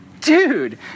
dude